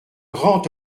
grand